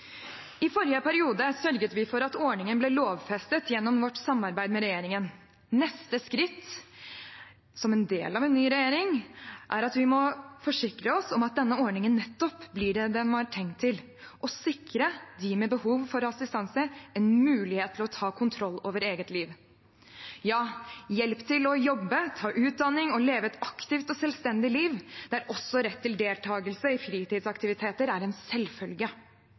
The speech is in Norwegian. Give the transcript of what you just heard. I forrige periode sørget vi for at ordningen ble lovfestet gjennom vårt samarbeid med regjeringen. Neste skritt, som en del av en ny regjering, er at vi må forsikre oss om at denne ordningen blir det den var tenkt til, å sikre dem med behov for assistanse en mulighet til å ta kontroll over eget liv – hjelp til å jobbe, ta utdanning og leve et aktivt og selvstendig liv der også rett til deltakelse i fritidsaktiviteter er en selvfølge.